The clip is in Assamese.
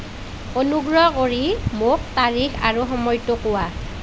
অনুগ্ৰহ কৰি মোক তাৰিখ আৰু সময়টো কোৱা